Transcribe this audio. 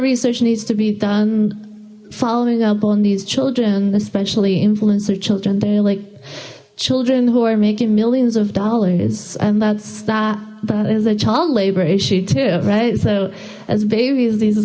research needs to be done following up on these children especially influenced their children they're like children who are making millions of dollars and that's that that is a child labor is she right so as babies